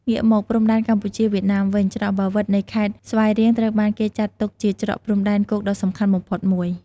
ងាកមកព្រំដែនកម្ពុជា-វៀតណាមវិញ ច្រកបាវិត នៃខេត្តស្វាយរៀងត្រូវបានគេចាត់ទុកជាច្រកព្រំដែនគោកដ៏សំខាន់បំផុតមួយ។